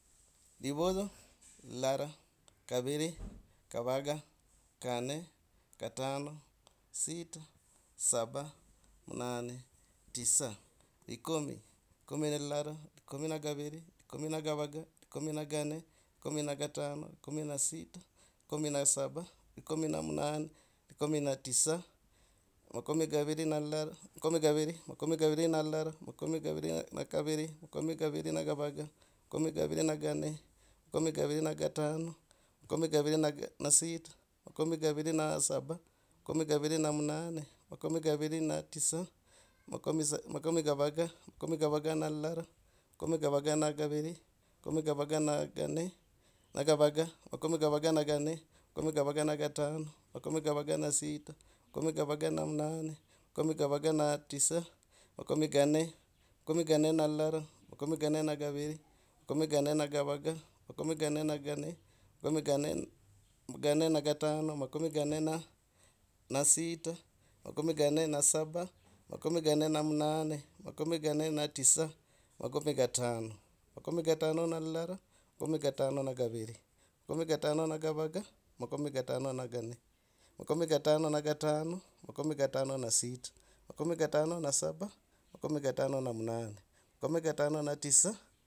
Livezo lilala, kaviri, kavaga, kanne, katano, sita, saba, munane, tisa likumi. Likumi lalala, likumi na kaviri. Likumi na kavaga, likumi na ganne, likumi na katano, likumi na sita, likumi na saba, likumi na munane, likumi na tisa, makumi kaviri na lilala, makumi kaviri, makumi kaviri na lilala, makumi kaviri na kaviri, makumi kaviri na kavaga, makumi kaviri na kanne, makumi kaviri na katano, makumi kaviri na sita, makumi kaviri na saba, makumi kaviri na munane, makumi kaviri na tisa, makumi sa makumi kavaga, makumi kavaga na lilala makumi kavaga na kaviri, makumi kavaga na kanne na gavaga, makumi kavaga na kanne, makumi kavaga na katano, makumi kavaga na sita, makumi kavaga na munane, makumi kavaga na tisa, makumi ganne. Makumi ganne na lilala, makumi ganne na kaviri, makumi ganne na kavaga, makumi ganne na ganne, makumi ganne na katano, makumi ganne na sita, makumi ganne na saba, makumi ganne na munane, makumi ganne na tisa, makumi katano. Makumi katano na lilala, makumi katano na kaviri, makumi katano na kavaga, makumi katano na ganne, makumi katano na katano, makumi katano na sita, makumi katano na saba, makumi katano na munane, makumi katano na tisa.